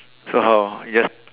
so how you just